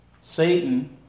Satan